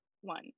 one